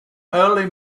early